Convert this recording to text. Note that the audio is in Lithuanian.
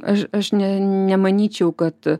aš aš ne nemanyčiau kad